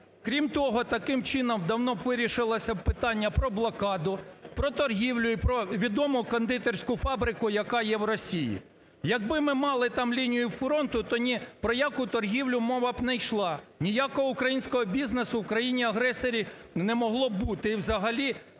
Крім того, таким чином давно б вирішилося питання про блокаду, про торгівлю і про відому кондитерську фабрику, яка є в Росії. Якби ми мали там лінію фронту, то ні про яку торгівлю мова б не йшла, ніякого українського бізнесу в країні-агресору не могло бути